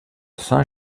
saint